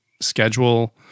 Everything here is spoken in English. schedule